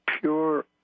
pure